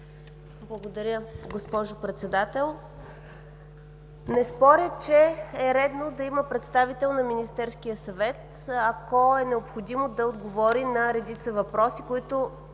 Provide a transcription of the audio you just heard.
Благодаря, госпожо Председател. Не споря, че е редно да има представител на Министерския съвет, да отговори, ако е необходимо, на редица въпроси, които